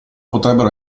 potrebbero